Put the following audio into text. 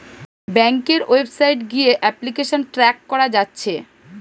ব্যাংকের ওয়েবসাইট গিয়ে application track কোরা যাচ্ছে